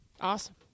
Awesome